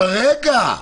אבל רגע.